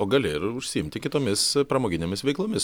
o gali ir užsiimti kitomis pramoginėmis veiklomis